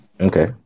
Okay